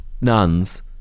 nuns